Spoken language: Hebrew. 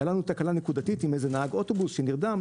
הייתה לנו תקלה נקודתית עם נהג אוטובוס שנרדם,